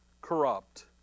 corrupt